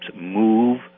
move